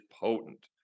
potent